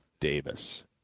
Davis